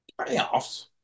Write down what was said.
Playoffs